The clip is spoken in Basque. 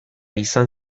izan